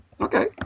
Okay